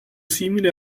simile